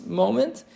moment